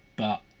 but,